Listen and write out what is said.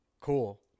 cool